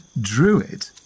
druid